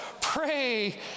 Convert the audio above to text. pray